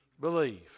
believe